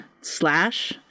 slash